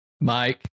Mike